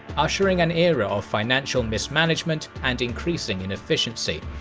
ushering an era of financial mismanagement and increasing inefficiency.